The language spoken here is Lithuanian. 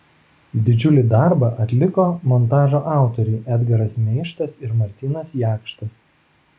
didžiulį darbą atliko montažo autoriai edgaras meištas ir martynas jakštas